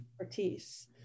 expertise